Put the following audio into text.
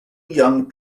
young